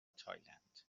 تایلند